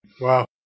wow